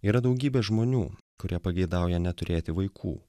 yra daugybė žmonių kurie pageidauja neturėti vaikų